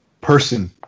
person